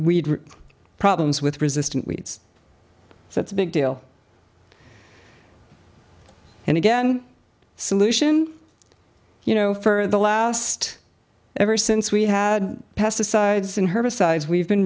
s problems with resistant weeds so it's a big deal and again solution you know for the last ever since we had pesticides and herbicides we've been